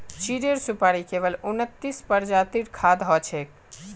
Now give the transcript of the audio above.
चीड़ेर सुपाड़ी केवल उन्नतीस प्रजातिर खाद्य हछेक